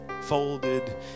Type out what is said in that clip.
folded